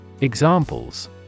Examples